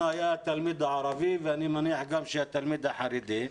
הוא התלמיד הערבי ואני מניח שגם התלמיד החרדי,